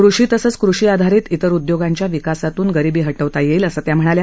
कृषी तसंच कृषीआधारीत इतर उदयोगांच्या विकासातून गरीबी हटवता येईल असं त्या म्हणाल्या